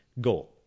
go